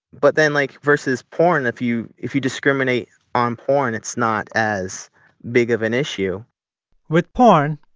but then, like, versus porn, if you if you discriminate on porn, it's not as big of an issue with porn,